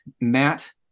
matt